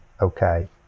Okay